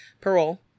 parole